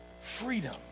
Freedom